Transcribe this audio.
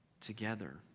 together